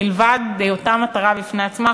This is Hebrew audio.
מלבד היותה מטרה בפני עצמה,